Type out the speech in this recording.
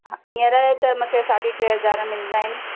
हा हींअर त मूंखे साढी टे हज़ार मिलंदा आहिनि